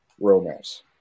romance